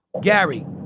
Gary